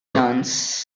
chance